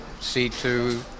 c2